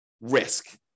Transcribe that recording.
risk